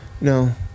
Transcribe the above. No